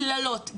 קללות,